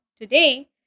today